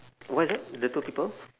what is that the two people